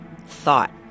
thought